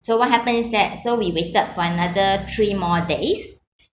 so what happened is that so we waited for another three more days